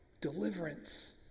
deliverance